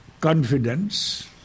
confidence